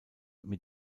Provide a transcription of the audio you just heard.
mit